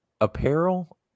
Apparel